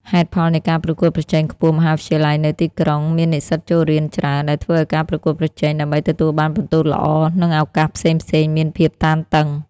ហេតុផលនៃការប្រកួតប្រជែងខ្ពស់មហាវិទ្យាល័យនៅទីក្រុងមាននិស្សិតចូលរៀនច្រើន ដែលធ្វើឱ្យការប្រកួតប្រជែងដើម្បីទទួលបានពិន្ទុល្អ និងឱកាសផ្សេងៗមានភាពតានតឹង។